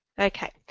Okay